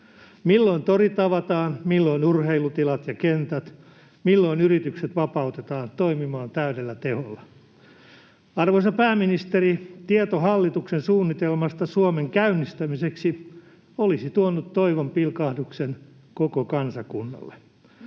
Milloin torit avataan, milloin urheilutilat ja ‑kentät, milloin yritykset vapautetaan toimimaan täydellä teholla? Arvoisa pääministeri, tieto hallituksen suunnitelmasta Suomen käynnistämiseksi olisi tuonut toivon pilkahduksen koko kansakunnalle.